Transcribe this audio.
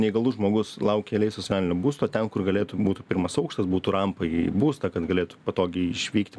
neįgalus žmogus laukia eilėj socialinio būsto ten kur galėtų būtų pirmas aukštas būtų rampa į būstą kad galėtų patogiai išvykti